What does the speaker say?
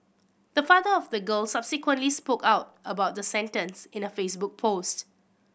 the father of the girl subsequently spoke out about the sentence in a Facebook post